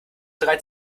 drei